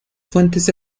fuentes